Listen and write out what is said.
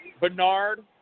Bernard